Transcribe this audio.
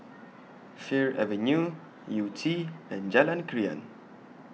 Fir Avenue Yew Tee and Jalan Krian